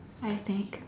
I think